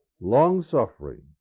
long-suffering